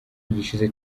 gishize